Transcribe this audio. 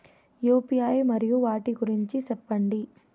UPI మరియు వాటి గురించి సెప్పండి?